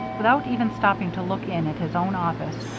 without even stopping to look in at his own office,